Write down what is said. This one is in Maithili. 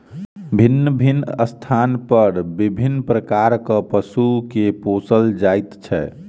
भिन्न भिन्न स्थान पर विभिन्न प्रकारक पशु के पोसल जाइत छै